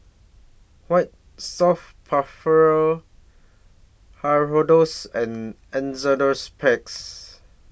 White Soft Hirudoids and Enzyplex